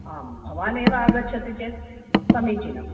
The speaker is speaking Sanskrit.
आम् भवान् एव आगच्छति चेद् समीचीनं